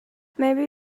maybe